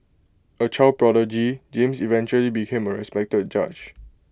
A child prodigy James eventually became A respected judge